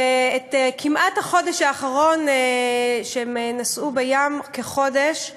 שכמעט כל החודש האחרון הם נסעו בים כחודש,